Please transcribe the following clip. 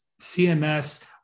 CMS